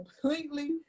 completely